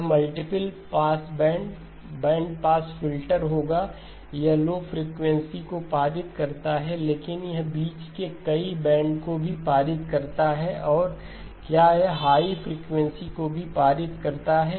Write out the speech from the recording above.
यह multiple pass band bandpass filter होगा यह लो फ्रिकवेंसी को पारित करता है लेकिन यह बीच के कई बैंड को भी पार करता है और क्या यह हाई फ्रीक्वेंसी को भी पारित करता है